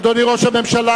אדוני ראש הממשלה,